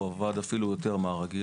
הוא עבד אפילו יותר מן הרגיל.